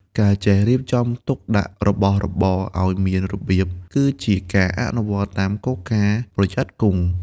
ការចេះរៀបចំទុកដាក់របស់របរឱ្យមានរបៀប គឺជាការអនុវត្តតាមគោលការណ៍ «ប្រយ័ត្នគង់»។